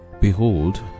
Behold